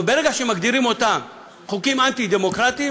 אבל ברגע שמגדירים אותם "חוקים אנטי-דמוקרטיים",